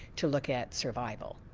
to look at survival.